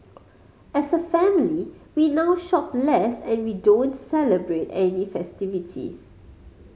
as a family we now shop less and we don't celebrate any festivities